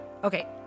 Okay